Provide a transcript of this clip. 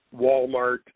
Walmart